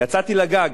יצאתי לגג.